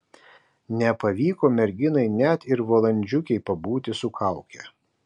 nepavyko merginai net ir valandžiukei pabūti su kauke